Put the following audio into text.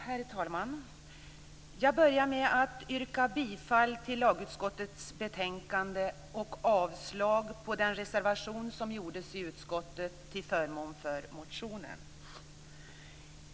Herr talman! Jag börjar med att yrka bifall till lagutskottets hemställan i betänkandet och avslag på den reservation som gjordes i utskottet till förmån för motionen.